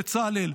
בצלאל,